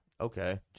Okay